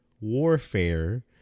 Warfare